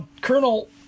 Colonel